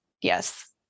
Yes